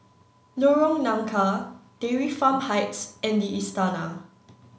Lorong Nangka Dairy Farm Heights and The Istana